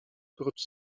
prócz